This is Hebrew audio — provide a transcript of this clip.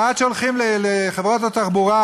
ועד שהולכים לחברת התחבורה,